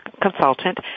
consultant